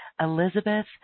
Elizabeth